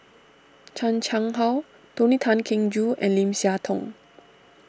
Chan Chang How Tony Tan Keng Joo and Lim Siah Tong